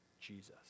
Jesus